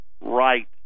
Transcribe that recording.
right